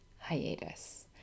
hiatus